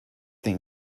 thing